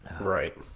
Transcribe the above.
Right